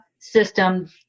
system